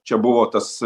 čia buvo tas